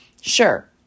sure